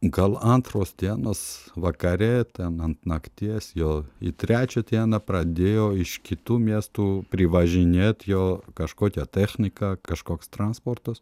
gal antros dienos vakare ten ant nakties jau į trečią dieną pradėjo iš kitų miestų privažinėt jau kažkokia technika kažkoks transportas